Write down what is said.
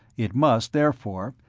it must, therefore,